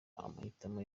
amahitamo